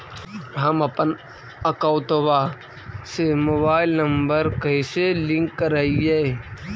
हमपन अकौउतवा से मोबाईल नंबर कैसे लिंक करैइय?